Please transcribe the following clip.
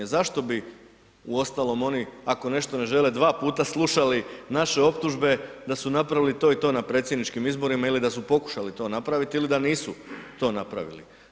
Zašto bi uostalom oni, ako nešto ne žele dva puta slušali naše optužbe da su napravili to i to na predsjedničkim izborima ili da su pokušali to napraviti ili da nisu to napravili.